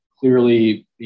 clearly